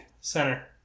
Center